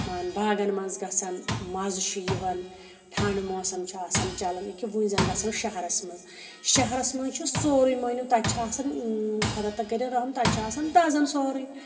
مان باغَن مَنٛز گَژھان مَزٕ چھُ یِوَان ٹھَنٛڈٕ موسَم چھُ آسَان چَلَان اکیاہ وٕنۍ زَن گَژھو شَہَرس مَنٛز شَہرِس مَنٛز چھُ سورُے مٲنِو تَتہِ چھِ آسَان خۄدا تا کٔرِنۍ رَحَم تَتہِ چھُ آسَان دَزَان سورُے